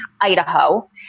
Idaho